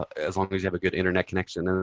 as long as you have a good internet connection.